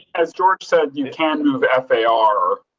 as george said, you can't move f. a. r.